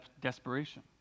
desperation